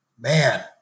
Man